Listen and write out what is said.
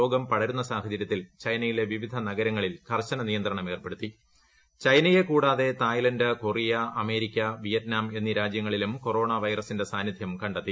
രോഗം പടരുന്ന സാഹചര്യത്തിൽ ചൈനയിലെ വിവിധ നഗരങ്ങളിൽ കർശന നിയന്ത്രണം ഏർപ്പെടുത്തി ചൈനയെക്കൂടാതെ തായ്ലാൻഡ് കൊറിയ അമേരിക്ക വിയറ്റ്നാം എന്നീ രാജ്യങ്ങളിലും കൊറോണ വൈറസിന്റെ സാന്നിധ്യം കണ്ടെത്തി